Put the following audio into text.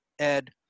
ed